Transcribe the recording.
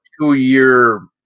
two-year